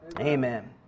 amen